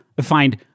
Find